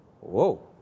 Whoa